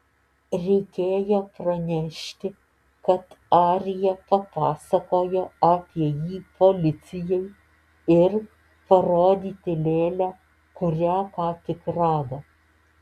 reikėjo pranešti kad arija papasakojo apie jį policijai ir parodyti lėlę kurią ką tik rado